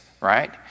right